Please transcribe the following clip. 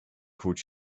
called